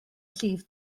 llif